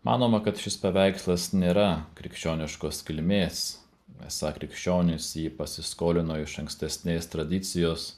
manoma kad šis paveikslas nėra krikščioniškos kilmės esą krikščionys jį pasiskolino iš ankstesnės tradicijos